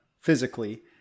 physically